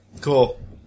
Cool